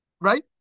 right